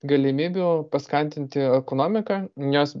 galimybių paskatinti ekonomiką nes